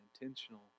intentional